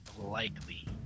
likely